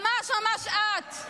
ממש ממש את.